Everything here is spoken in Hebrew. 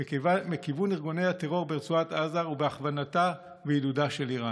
מכיוון ארגוני הטרור ברצועת עזה ובהכוונתה ובעידודה של איראן.